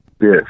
Yes